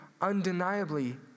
undeniably